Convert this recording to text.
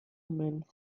hill